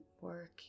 work